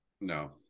No